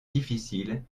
difficile